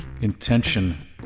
intention